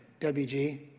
WG